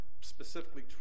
specifically